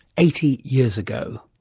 eighty years ago